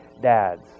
dads